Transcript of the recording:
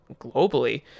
globally